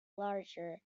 larger